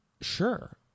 Sure